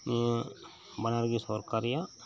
ᱵᱟᱱᱟᱨ ᱜᱤ ᱥᱚᱨᱠᱟᱨᱤᱭᱟᱜ